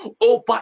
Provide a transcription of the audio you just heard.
over